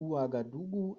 ouagadougou